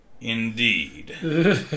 Indeed